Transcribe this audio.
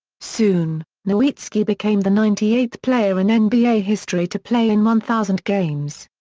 soon, nowitzki became the ninety eighth player in in nba history to play in one thousand games.